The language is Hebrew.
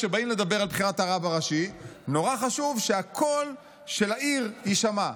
כשבאים לדבר על בחירת הרב הראשי נורא חשוב שהקול של העיר יישמע,